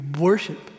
worship